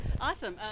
Awesome